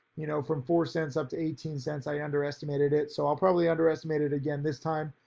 you know, from four cents up to eighteen cents, i underestimated it. so i'll probably underestimate it again this time.